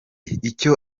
icyo